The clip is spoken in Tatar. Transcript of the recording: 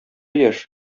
яшь